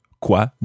Quoi